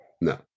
No